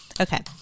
Okay